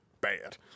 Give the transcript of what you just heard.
bad